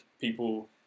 people